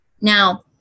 Now